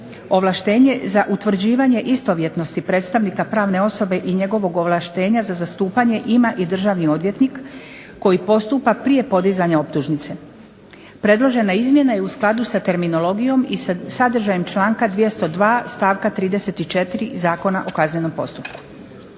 ovlaštenje za utvrđivanje istovjetnosti predstavnika pravne osobe i njegovog ovlaštenja za zastupanje ima i državni odvjetnik koji postupa prije podizanja optužnice. Predložena izmjena je u skladu s terminologijom i sa sadržajem članka 202. stavka 34. Zakona o kaznenom postupku.